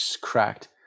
cracked